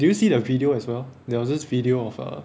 did you see the video as well there was this video of a